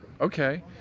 Okay